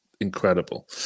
incredible